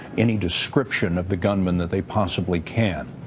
any description of the gunman that they possibly can.